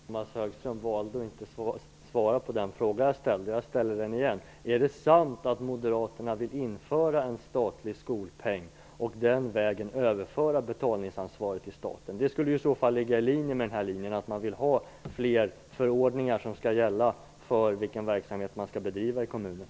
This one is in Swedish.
Herr talman! Det är bara att konstatera att Tomas Högström valde att inte svara på den fråga jag ställde. Jag ställer den igen. Är det sant att moderaterna vill införa en statlig skolpeng och den vägen överföra betalningsansvaret till staten? Det skulle i så fall ligga i linje med att man vill ha fler förordningar för vilken verksamhet som skall bedrivas i kommunerna.